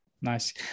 Nice